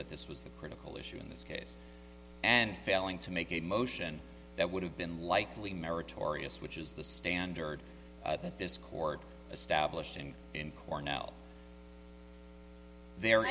that this was the critical issue in this case and failing to make a motion that would have been likely meritorious which is the standard that this court established in in cornell the